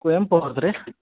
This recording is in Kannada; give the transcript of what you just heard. ಕುವೆಂಪು ಅವ್ರ್ದಾ ರೀ